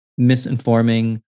misinforming